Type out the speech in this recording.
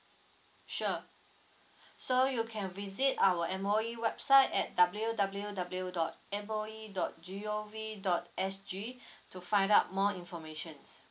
sure so you can visit our M_O_E website at W W W dot M_O_E dot G O V dot S G to find out more information